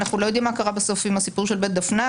אנחנו לא יודעים מה קרה בסוף עם הסיפור של בית דפנה.